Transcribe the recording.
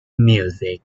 music